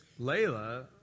Layla